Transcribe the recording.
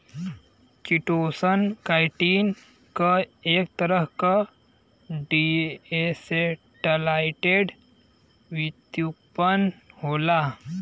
chitosan, chitin क एक तरह क डीएसेटाइलेटेड व्युत्पन्न होला